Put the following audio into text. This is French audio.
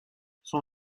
son